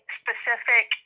specific